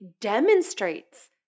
demonstrates